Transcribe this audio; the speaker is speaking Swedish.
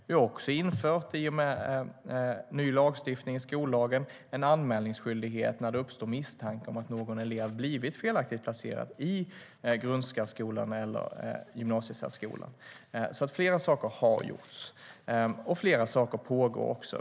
Vi har också, i och med ny lagstiftning genom skollagen, infört en anmälningsskyldighet när det uppstår misstanke om att någon elev blivit felaktigt placerad i grundsärskolan eller gymnasiesärskolan. Flera saker har alltså gjorts, och flera saker pågår också.